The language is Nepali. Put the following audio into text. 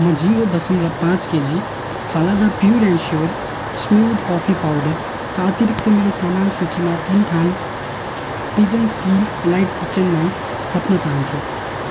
म जिरो दसमलव पाँच केजी फालदा pure and sure smooth coffee पाउडरका अतिरिक्त मेरो सामान सूचीमा तिन थान Pigeons steel elite kitchen knife थप्न चाहन्छु